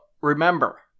remember